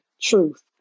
truth